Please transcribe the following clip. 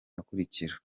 akurikira